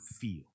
feel